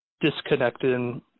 Disconnected